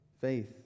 faith